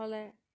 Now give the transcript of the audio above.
হ'লে